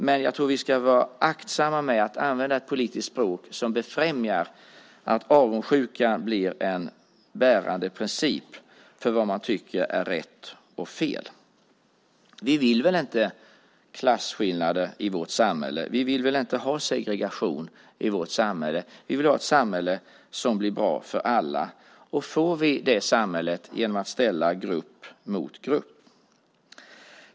Men jag tror att vi ska vara aktsamma med att använda ett politiskt språk som befrämjar avundsjukan och gör att den blir en bärande princip för vad man tycker är rätt och fel. Vi vill ändå inte ha klasskillnader i vårt samhälle? Vi vill väl inte ha segregation i vårt samhälle? Vi vill ha ett samhälle som blir bra för alla. Får vi det samhället genom att ställa grupp mot grupp?